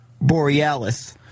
Borealis